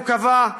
הוא קבע,